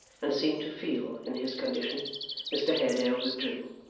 and seemed to feel, in his condition mr haredale withdrew.